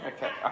Okay